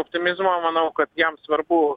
optimizmo manau kad jam svarbu